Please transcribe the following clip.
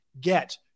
get